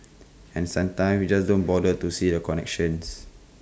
and sometimes we just don't bother to see the connections